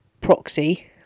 proxy